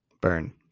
burn